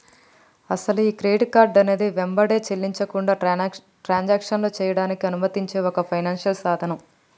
అసలు ఈ credit card అనేది వెంబటే చెల్లించకుండా ట్రాన్సాక్షన్లో చేయడానికి అనుమతించే ఒక ఫైనాన్షియల్ సాధనం